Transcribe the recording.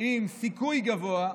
עם סיכוי גבוה,